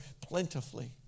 plentifully